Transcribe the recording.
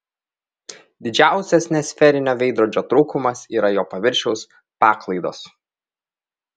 didžiausias nesferinio veidrodžio trūkumas yra jo paviršiaus paklaidos